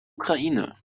ukraine